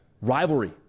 Rivalry